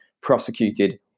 prosecuted